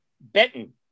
Benton